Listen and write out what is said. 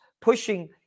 pushing